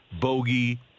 bogey